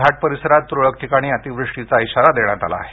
घाट परिसरात तुरळक ठिकाणी अतिवृष्टीचा इशारा देण्यात आला आहे